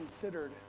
considered